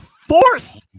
fourth